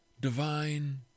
divine